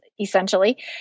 essentially